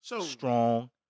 strong